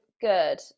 good